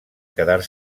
quedar